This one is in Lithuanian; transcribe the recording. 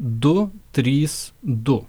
du trys du